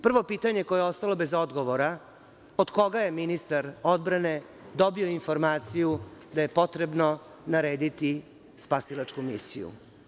Prvo pitanje koje je ostalo bez odgovora – od koga je ministar odbrane dobio informaciju da je potrebno narediti spasilačku misiju?